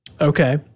Okay